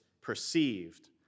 perceived